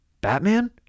Batman